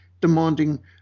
demanding